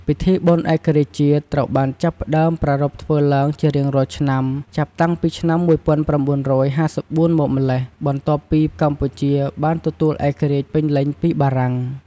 ពិធីបុណ្យឯករាជ្យជាតិត្រូវបានចាប់ផ្ដើមប្រារព្ធធ្វើឡើងជារៀងរាល់ឆ្នាំចាប់តាំងពីឆ្នាំ ១៩៥៤ មកម្ល៉េះ បន្ទាប់ពីកម្ពុជាបានទទួលឯករាជ្យពេញលេញពីបារាំង។